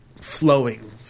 flowing